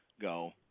go